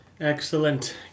Excellent